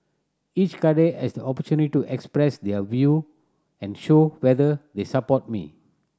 each cadre has the opportunity to express their view and show whether they support me